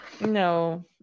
no